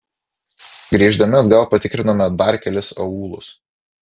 grįždami atgal patikrinome dar kelis aūlus